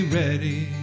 ready